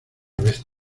vez